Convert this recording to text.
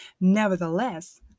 Nevertheless